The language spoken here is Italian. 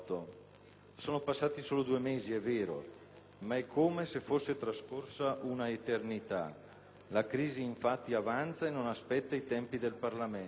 Sono passati solo due mesi, è vero, ma è come se fosse trascorsa un'eternità. La crisi infatti avanza e non aspetta i tempi del Parlamento.